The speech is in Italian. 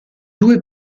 due